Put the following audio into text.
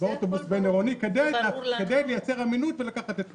באוטובוס בין עירוני כדי לייצר אמינות ולקחת את כולם.